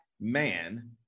man